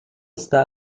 está